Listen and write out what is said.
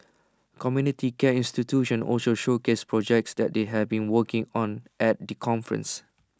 community care institutions also showcased projects that they have been working on at the conference